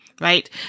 right